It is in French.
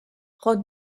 rod